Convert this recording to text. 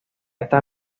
esta